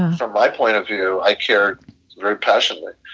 from my point of view, i care very passionately.